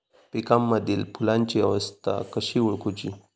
पिकांमदिल फुलांची अवस्था कशी ओळखुची?